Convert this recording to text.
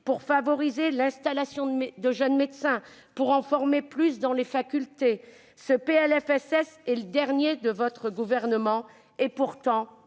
pour favoriser l'installation de jeunes médecins et en former un plus grand nombre dans les facultés. Ce PLFSS est le dernier de votre gouvernement. Pourtant,